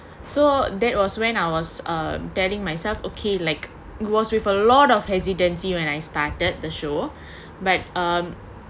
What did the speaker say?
so that was when I was um telling myself okay like was with a lot of hesitancy you when I started the show buy um